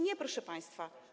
Nie, proszę państwa.